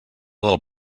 del